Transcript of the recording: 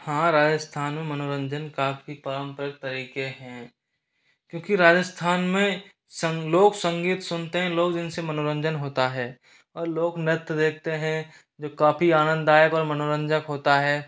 हाँ राजस्थान में मनोरंजन काफ़ी पारम्परिक तरीके हैं क्योंकि राजस्थान में संघ लोक संगीत सुनते हैं लोग जिसे मनोरंजन होता है और लोक नृत्य देखते हैं जो काफ़ी आनंददायक और मनोरंजक होता है